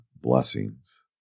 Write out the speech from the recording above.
blessings